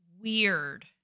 Weird